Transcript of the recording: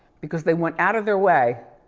because they went out of their way